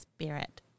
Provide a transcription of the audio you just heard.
spirit